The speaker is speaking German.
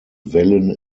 wellen